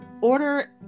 order